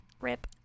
Rip